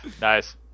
Nice